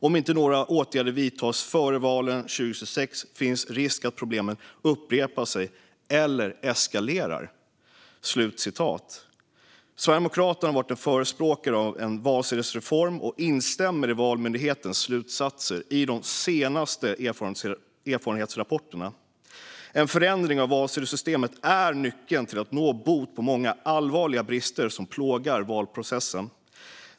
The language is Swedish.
Om inte några åtgärder vidtas före valen 2026 finns risk att problem upprepar sig eller eskalerar." Sverigedemokraterna har varit förespråkare av en valsedelsreform och instämmer i Valmyndighetens slutsatser i de senaste erfarenhetsrapporterna. En förändring av valsedelssystemet är nyckeln till att råda bot på många allvarliga brister som plågar valprocessen.